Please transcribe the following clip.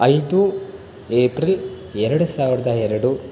ಐದು ಎಪ್ರಿಲ್ ಎರಡು ಸಾವಿರದ ಎರಡು